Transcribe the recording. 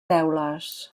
teules